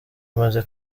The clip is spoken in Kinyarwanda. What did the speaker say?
umaze